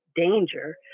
danger